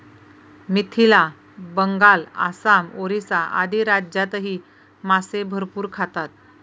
मिथिला, बंगाल, आसाम, ओरिसा आदी राज्यांतही मासे भरपूर खातात